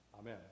Amen